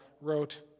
wrote